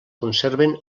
conserven